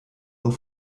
und